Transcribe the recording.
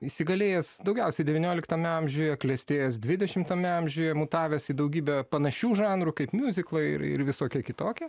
įsigalėjęs daugiausiai devynioliktame amžiuje klestėjęs dvidešimtame amžiuje mutavęs į daugybę panašių žanrų kaip miuziklai ir ir visokia kitokia